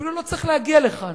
אפילו לא צריך להגיע לכאן,